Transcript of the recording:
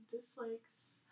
dislikes